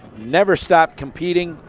never stop competing.